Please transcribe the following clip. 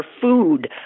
food